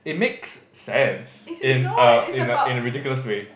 it makes sense in a in a in a ridiculous way